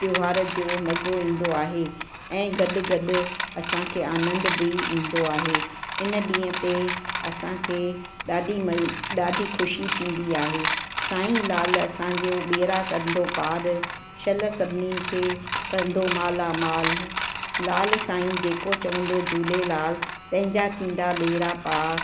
त्योहार जो मज़ो ईंदो आहे ऐं गॾु गॾु असांखे आनंद बि ईंदो आहे इन ॾींहं ते असांखे ॾाढी म ॾाढी ख़ुशी थींदी आहे साईं लाल असांजो बेड़ा कंदो पार शल सभिनीन खे कंदो मालामाल लाल साईं जेको चवंदो झूलेलाल तंहिंजा थींदा बेड़ा पार